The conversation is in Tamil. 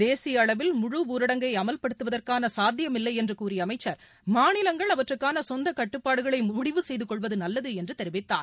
தேசிய அளவில் முழு ஊரடங்கை அமல்படுத்துவதற்கான சாத்தியமில்லை என்று கூறிய அமைச்சர் மாநிலங்கள் அவற்றுக்கான சொந்த கட்டுப்பாடுகளை முடிவு செய்து கொள்வது நல்லது என்றும் தெரிவித்தார்